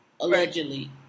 allegedly